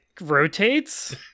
rotates